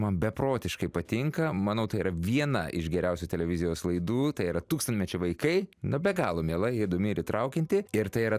man beprotiškai patinka manau tai yra viena iš geriausių televizijos laidų tai yra tūkstantmečio vaikai na be galo miela įdomi ir įtraukianti ir tai yra